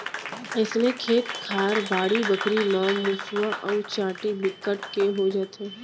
अइसने खेत खार, बाड़ी बखरी म मुसवा अउ चाटी बिकट के हो जाथे